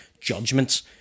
judgments